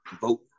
vote